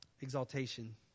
exaltation